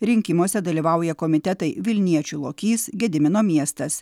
rinkimuose dalyvauja komitetai vilniečių lokys gedimino miestas